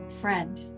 Friend